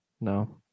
No